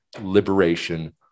liberation